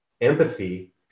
empathy